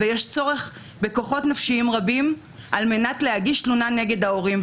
ויש צורך בכוחות נפשיים רבים על מנת להגיש תלונה נגד ההורים,